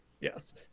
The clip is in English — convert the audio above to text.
Yes